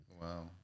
Wow